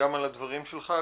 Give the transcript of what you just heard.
גם על הדברים שלך,